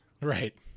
Right